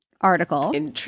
article